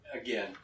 again